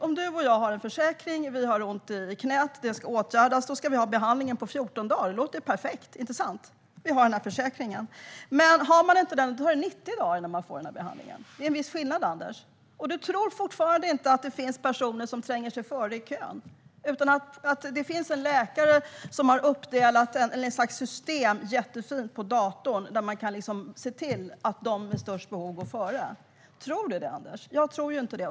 Om du och jag har en försäkring och har ont i knät ska vi få behandling på 14 dagar - det låter perfekt, inte sant? Men om man inte har försäkringen tar det 90 dagar innan man får behandlingen. Det är en viss skillnad, Anders. Och du tror fortfarande inte att det finns personer som tränger sig före i kön utan att det finns en läkare som har gjort ett slags jättefint system på datorn för att se till att de med störst behov går före. Tror du det, Anders? Jag tror inte det.